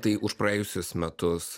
tai už praėjusius metus